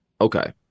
okay